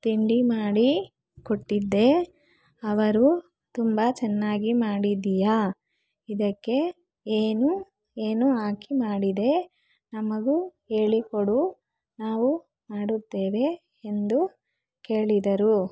ತಿಂಡಿ ಮಾಡಿ ಕೊಟ್ಟಿದ್ದೆ ಅವರು ತುಂಬ ಚನ್ನಾಗಿ ಮಾಡಿದ್ದೀಯಾ ಇದಕ್ಕೆ ಏನು ಏನು ಹಾಕಿ ಮಾಡಿದೆ ನಮಗೂ ಹೇಳಿಕೊಡು ನಾವು ಮಾಡುತ್ತೇವೆ ಎಂದು ಕೇಳಿದರು